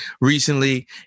Recently